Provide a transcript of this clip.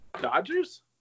Dodgers